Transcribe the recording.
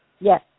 Yes